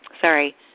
Sorry